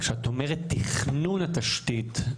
כשאת אומרת ׳תכנון התשתית׳,